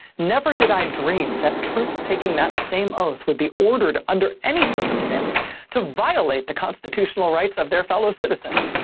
never did i dream that troops taking that same oath would be ordered under any circumstance to violate the constitutional rights of their fellow citizens.